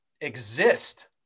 exist